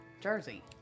jersey